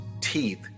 teeth